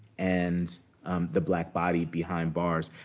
and the black body behind bars.